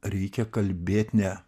reikia kalbėt ne